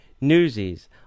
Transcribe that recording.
Newsies